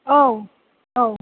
औ औ